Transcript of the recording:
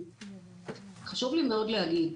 חשוב לי מאוד להגיד.